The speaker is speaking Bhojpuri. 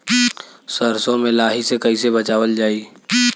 सरसो में लाही से कईसे बचावल जाई?